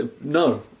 No